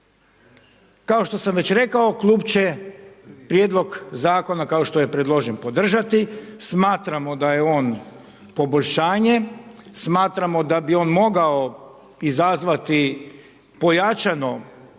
Kao što sam već rekao, klub će prijedlog zakona kao što je predložen, podržati, smatramo da je on poboljšanje, smatramo da bi on mogao izazvati pojačane